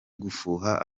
gufuha